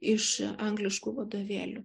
iš angliškų vadovėlių